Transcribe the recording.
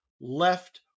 left